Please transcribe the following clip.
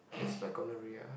how to spell gonorrhea ah